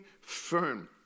firm